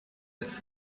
ist